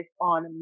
on